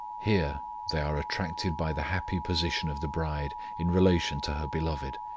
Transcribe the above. here they are attracted by the happy position of the bride in relation to her beloved,